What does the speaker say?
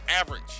average